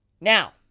Now